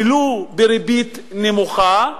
ולו בריבית נמוכה,